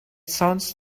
sounds